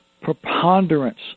preponderance